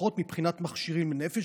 המפותחות מבחינת מכשירים לנפש.